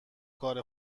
کار